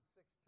six